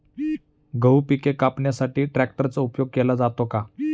गहू पिके कापण्यासाठी ट्रॅक्टरचा उपयोग केला जातो का?